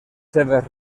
seves